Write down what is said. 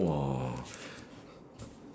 !wah!